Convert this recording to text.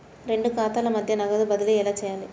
రెండు ఖాతాల మధ్య నగదు బదిలీ ఎలా చేయాలి?